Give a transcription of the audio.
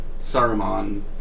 Saruman